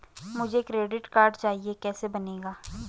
मुझे credit card चाहिए कैसे बनेगा?